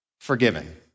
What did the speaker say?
forgiven